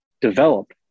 develop